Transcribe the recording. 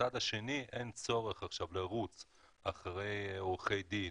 בצד השני אין צורך עכשיו לרוץ אחרי עורכי דין